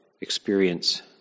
experience